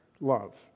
love